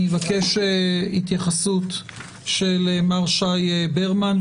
אני אבקש התייחסות של מר שי ברמן,